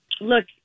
Look